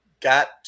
got